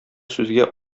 сүзгә